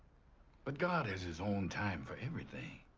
but god has his own time for everything.